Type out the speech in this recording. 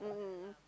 mm mm